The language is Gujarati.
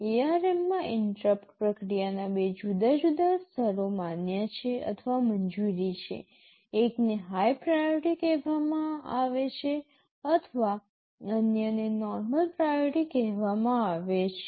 ARM માં ઇન્ટરપ્ટ પ્રક્રિયાના બે જુદા જુદા સ્તરો માન્ય છે અથવા મંજૂરી છે એકને હાઇ પ્રાયોરિટી કહેવામાં આવે છે અથવા અન્યને નોર્મલ પ્રાયોરિટી કહેવામાં આવે છે